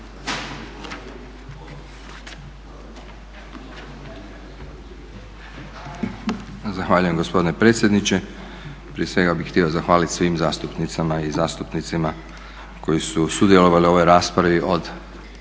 Zahvaljujem gospodine predsjedniče. Prije svega bih htio zahvalit svim zastupnicama i zastupnicima koji su sudjelovali u ovoj raspravi od